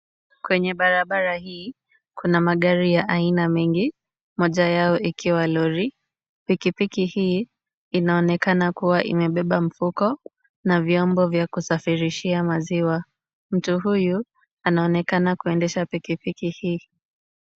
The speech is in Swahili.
Kwenye barabara hii, kuna magari ya aina mingi moja yao ikiwa lori. Pikipiki hii inaonekana kuwa imebeba mfuko na vyombo vya kusafirishia maziwa. Mtu huyu anaonekana kuendesha pikipiki hii.